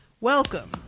Welcome